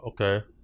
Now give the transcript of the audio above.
okay